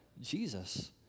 Jesus